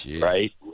Right